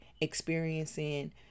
experiencing